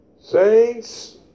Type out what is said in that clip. Saints